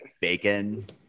bacon